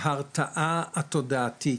ההרתעה התודעתית,